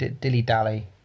Dilly-dally